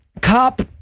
cop